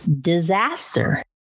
disaster